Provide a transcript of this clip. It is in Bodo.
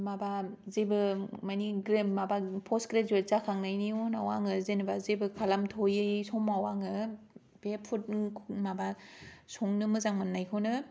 माबा जेबो मानि ग्रेम माबा पस्ट ग्रेजुएट जाखांनायनि उनाव आङो जेनेबा जेबो खालामथ'यै समाव आङो बे फुड माबा संनो मोजां मोन्नाय खौनो